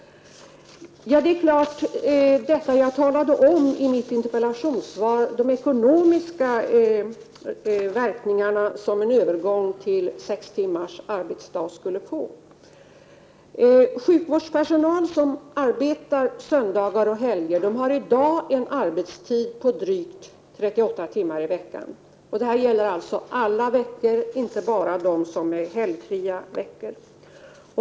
Jag talade i mitt interpellationssvar om de ekonomiska verkningar som en övergång till sex timmars arbetsdag skulle få. Sjukvårdspersonal som arbetar söndagar och helger har i dag en arbetstid på drygt 38 timmar i veckan. Detta gäller alla veckor, inte bara de som är helgfria.